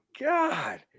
god